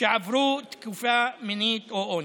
שעברו תקיפה מינית או אונס.